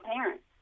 parents